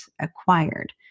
acquired